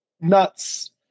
nuts